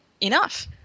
enough